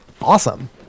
awesome